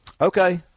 Okay